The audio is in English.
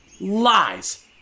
Lies